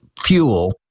fuel